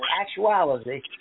actuality